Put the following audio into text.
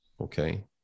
okay